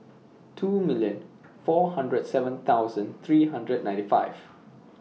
two million four hundred and seven thousand three hundred ninety five